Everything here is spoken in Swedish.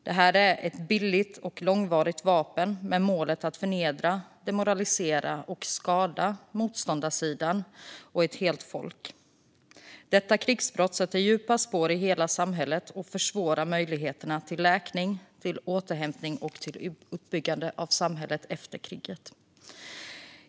Det är billiga och långvariga vapen med målet att förnedra, demoralisera och skada motståndarsidan och ett helt folk. Dessa krigsbrott sätter djupa spår i hela samhället och försvårar läkning, återhämtning och uppbyggande av samhället efter kriget.